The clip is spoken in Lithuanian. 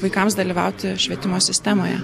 vaikams dalyvauti švietimo sistemoje